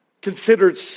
considered